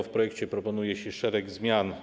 W projekcie proponuje się szereg zmian.